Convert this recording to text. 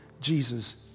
Jesus